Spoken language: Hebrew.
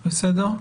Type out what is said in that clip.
בסדר?